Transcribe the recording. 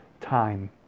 time